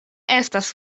estas